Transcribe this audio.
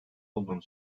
olduğunu